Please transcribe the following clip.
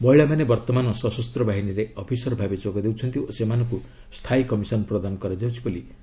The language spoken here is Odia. ମହିଳାମାନେ ବର୍ତ୍ତମାନ ସଶସ୍ତ ବାହିନୀରେ ଅଫିସର ଭାବେ ଯୋଗ ଦେଉଛନ୍ତି ଓ ସେମାନଙ୍କୁ ସ୍ଥାୟୀ କମିଶନ୍ ପ୍ରଦାନ କରାଯାଉଛି ବୋଲି ଶ୍ରୀ ମୋଦୀ କହିଛନ୍ତି